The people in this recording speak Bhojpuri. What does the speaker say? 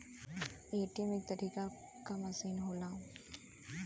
ए.टी.एम एक तरीके क मसीन होला